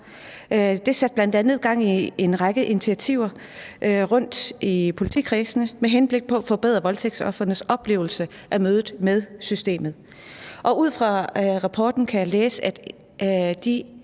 Det satte bl.a. gang i en række initiativer rundt i politikredsene med henblik på at forbedre voldtægtsofrenes oplevelse af mødet med systemet. I rapporten kan jeg læse, at de